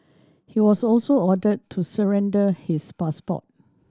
he was also ordered to surrender his passport